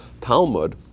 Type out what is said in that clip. Talmud